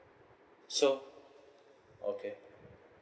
so okay